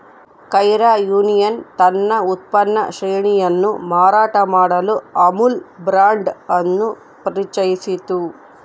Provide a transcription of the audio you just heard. Kaira union ತನ್ನ ಉತ್ಪನ್ನ ಶ್ರೇಣಿಯನ್ನು ಮಾರಾಟ ಮಾಡಲು ಅಮುಲ್ ಬ್ರಾಂಡ್ ಅನ್ನು ಪರಿಚಯಿಸಿತು